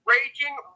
Raging